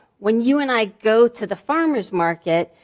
when you and i go to the farmers' market,